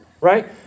right